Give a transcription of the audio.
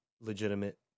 legitimate